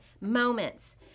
moments